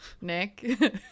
Nick